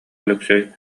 өлөксөй